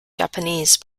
japanese